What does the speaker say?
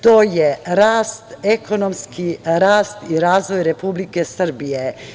To je ekonomski rast i razvoj Republike Srbije.